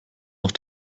noch